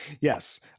Yes